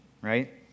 right